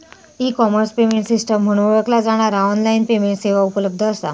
E commerce payment system म्हणून ओळखला जाणारा ऑनलाइन पेमेंट सेवा उपलब्ध असा